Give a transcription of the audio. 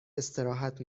استراحت